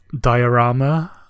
diorama